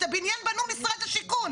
את הבניין בנו משרד השיכון.